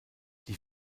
die